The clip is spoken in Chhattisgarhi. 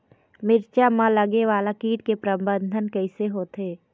मिरचा मा लगे वाला कीट के प्रबंधन कइसे होथे?